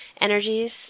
energies